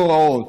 נוראות,